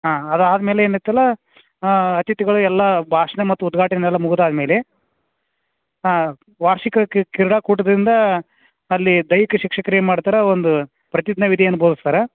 ಹಾಂ ಅದು ಆದಮೇಲೆ ಏನಿತ್ತಲ್ಲ ಅತಿಥಿಗಳು ಎಲ್ಲ ಭಾಷಣ ಮತ್ತು ಉದ್ಘಾಟನೆ ಎಲ್ಲ ಮುಗ್ದಾದ ಮೇಲೆ ವಾರ್ಷಿಕ ಕ್ರೀಡಾ ಕೂಟದಿಂದ ಅಲ್ಲಿ ದೈಹಿಕ ಶಿಕ್ಷಕ್ರು ಏನು ಮಾಡ್ತಾರೆ ಒಂದು ಪ್ರತಿಜ್ಞೆ ವಿಧಿಯನ್ನ ಬೋಧಿಸ್ತಾರ